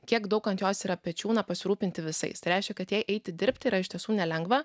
kiek daug ant jos yra pečių na pasirūpinti visais reiškia kad jai eiti dirbti yra iš tiesų nelengva